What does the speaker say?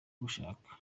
gushaka